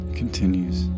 continues